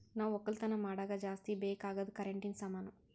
ನಾವ್ ಒಕ್ಕಲತನ್ ಮಾಡಾಗ ಜಾಸ್ತಿ ಬೇಕ್ ಅಗಾದ್ ಕರೆಂಟಿನ ಸಾಮಾನು